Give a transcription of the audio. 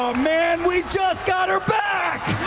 man, we just got her back!